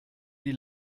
die